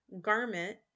garment